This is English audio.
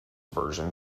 version